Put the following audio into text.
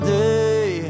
day